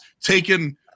taken –